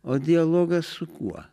o dialogas su kuo